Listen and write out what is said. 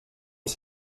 els